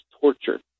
torture